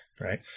right